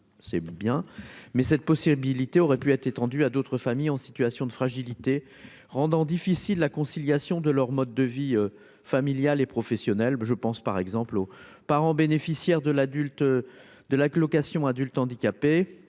c'est bien, mais cette possibilité aurait pu être étendu à d'autres familles en situation de fragilité, rendant difficile la conciliation de leur mode de vie familiale et professionnelle, je pense par exemple au parent bénéficiaire de l'adulte deux lacs location adulte handicapé